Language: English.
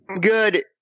good